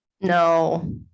No